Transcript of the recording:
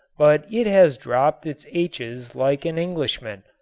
but it has dropped its h's like an englishman.